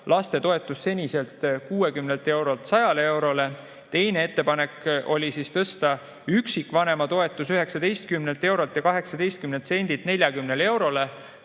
lastetoetus seniselt 60 eurolt 100 eurole. Teine ettepanek oli tõsta üksikvanema toetus 19 eurolt ja 18 sendilt 40 eurole.